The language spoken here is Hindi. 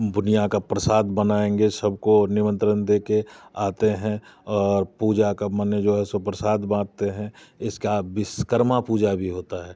बुनिया का प्रसाद बनाएंगे सबको निमंत्रण दे के आते हैं और पूजा का माने जो सो प्रसाद बांटते हैं इसका विश्वकर्मा पूजा भी होता है